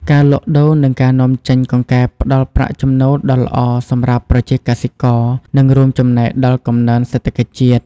ការលក់ដូរ និងការនាំចេញកង្កែបផ្តល់ប្រាក់ចំណូលដ៏ល្អសម្រាប់ប្រជាកសិករ និងរួមចំណែកដល់កំណើនសេដ្ឋកិច្ចជាតិ។